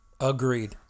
Agreed